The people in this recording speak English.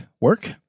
work